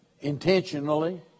Intentionally